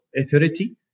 Authority